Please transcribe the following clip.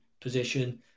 position